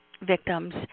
victims